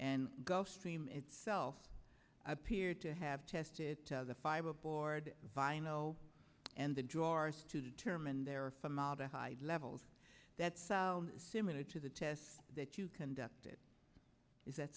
and gulfstream itself appear to have tested the fiberboard via know and the drawers to determine their formaldehyde levels that's similar to the test that you conducted is that